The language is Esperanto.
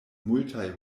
multaj